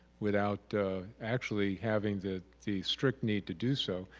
without actually having that the strict need to do so.